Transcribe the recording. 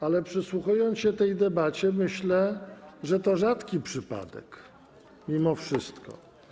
Ale przysłuchując się tej debacie, myślę, że to rzadki przypadek mimo wszystko.